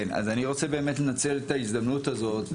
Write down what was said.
אני רוצה באמת לנצל את ההזדמנות הזאת,